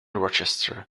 rochester